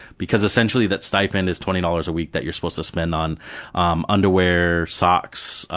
because essentially that stipend is twenty dollars a week that you're supposed to spend on um underwear, socks,